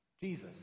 Jesus